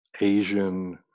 Asian